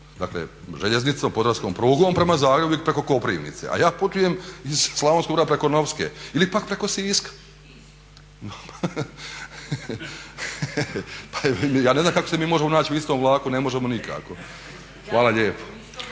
dakle željeznicom, podravskom prugom prema Zagrebu i preko Koprivnice. A ja putujem iz Slavonskog Broda preko Novske ili pak preko Siska. Pa ja ne znam kako se mi možemo naći u istom vlaku? Ne možemo nikako. Hvala lijepo.